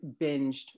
binged